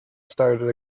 started